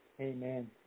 Amen